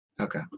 Okay